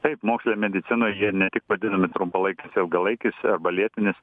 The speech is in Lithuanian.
taip moksle ir medicinoj jie ne tik vadinami trumpalaikiais ilgalaikiais arba lėtiniais